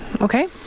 Okay